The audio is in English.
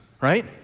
right